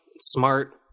smart